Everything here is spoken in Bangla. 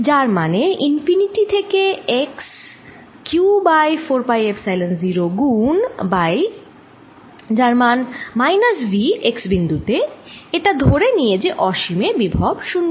যার মান ∞ থেকে x q by 4 pi epsilon 0 গুণ বাই যার মান মাইনাস V x বিন্দু তে এটা ধরে নিয়ে যে অসীমে বিভব শুন্য